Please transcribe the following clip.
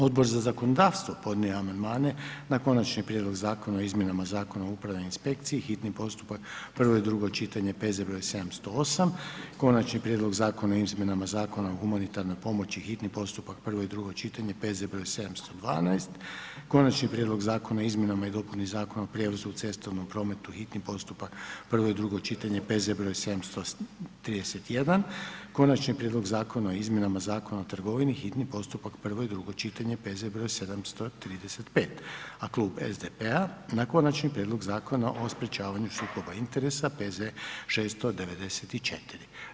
Odbor za zakonodavstvo podnio je amandmane na Konačni prijedlog Zakona o izmjenama Zakona o upravnoj inspekciji, hitni postupak, prvo i drugo čitanje, P.Z. broj 708, Konačni prijedlog Zakona o izmjenama Zakona o humanitarnoj pomoći, hitni postupak, prvo i drugo čitanje, P.Z. broj 712, Konačni prijedlog Zakona o izmjenama i dopuni Zakona o prijevozu u cestovnom prometu, hitni postupak, prvo i drugo čitanje, P.Z. broj 731, Konačni prijedlog Zakona o izmjenama Zakona o trgovini, hitni postupak, prvo i drugo čitanje, P.Z. broj 735, a Klub SDP-a na Konačni prijedlog Zakona o sprječavanju sukoba interesa, P.Z. 694.